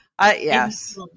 Yes